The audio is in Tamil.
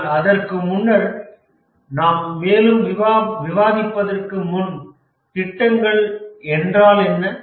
ஆனால் அதற்கு முன்னர் நாம் மேலும் விவாதிப்பதற்கு முன் திட்டங்கள் என்றால் என்ன